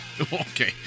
Okay